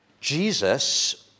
Jesus